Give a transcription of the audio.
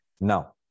now